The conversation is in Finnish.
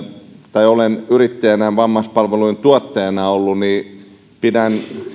olen yrittäjänä vammaispalvelujen tuottajana ollut niin pidän